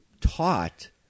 taught